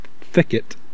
thicket